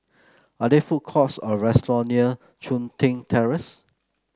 are there food courts or restaurant near Chun Tin Terrace